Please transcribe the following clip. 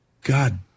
God